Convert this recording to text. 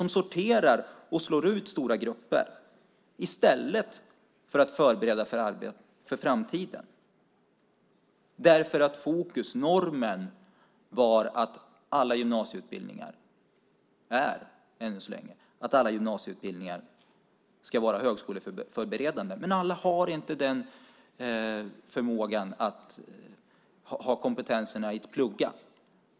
Den sorterar och slår ut stora grupper i stället för att förbereda dem för framtiden. Normen är att alla gymnasieutbildningar ska vara högskoleförberedande. Men alla har inte kompetensen att kunna plugga.